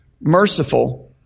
merciful